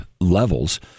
levels